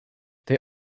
they